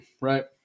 right